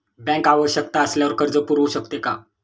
Bank आवश्यकता असल्यावर कर्ज पुरवू शकते का?